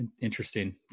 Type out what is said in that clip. interesting